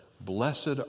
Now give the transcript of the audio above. blessed